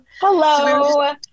Hello